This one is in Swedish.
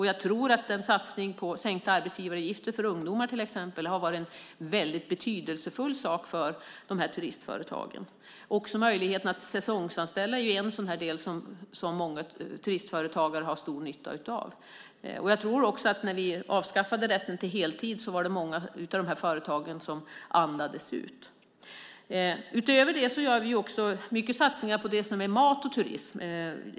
Jag tror att satsningen på sänkta arbetsgivaravgifter för till exempel ungdomar har varit väldigt betydelsefull för dessa turistföretag. Också möjligheten att säsongsanställa är något som många turistföretagare har stor nytta av. När vi avskaffade rätten till heltid var det nog många av dessa företag som andades ut. Utöver detta gör vi många satsningar på det som gäller mat och turism.